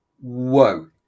whoa